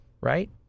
right